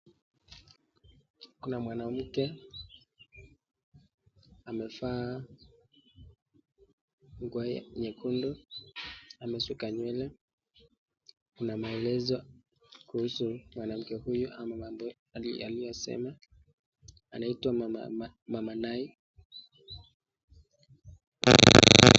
Kuna mwanamke amevaa nguo nyekundu, amesuka nywele. Kuna maelezo kuhusu mwanamke huyu aliyesema anaitwa mama Nai